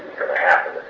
going to happen